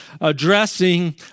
addressing